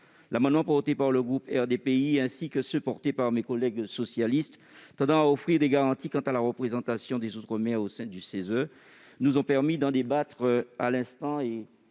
L'amendement déposé par le groupe RDPI, ainsi que ceux défendus par mes collègues socialistes tendant à offrir des garanties quant à la représentation des outre-mer au sein du CESE nous ont permis d'en débattre à l'instant,